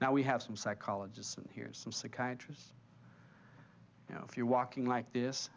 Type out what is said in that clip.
now we have some psychologists and here some psychiatrists you know if you're walking like this